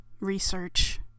research